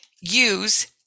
use